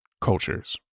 cultures